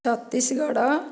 Chhattisgarh